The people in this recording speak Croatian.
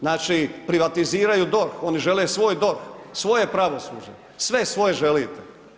Znači privatiziraju DORH, oni žele svoj DORH, svoje pravosuđe, sve svoje želite.